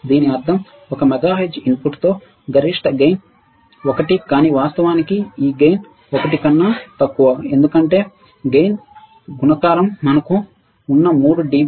దీని అర్థం ఒక మెగా హెర్ట్జ్ ఇన్పుట్తో గరిష్ట లాభం 1 కానీ వాస్తవానికి ఈ లాభం1 కన్నా తక్కువ ఎందుకంటే లాభం గుణకారం మనకు ఉన్న మూడు డిబి డెసిబెల్ 0